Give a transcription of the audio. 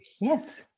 Yes